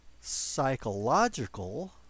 psychological